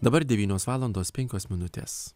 dabar devynios valandos penkios minutės